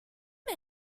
how